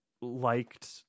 liked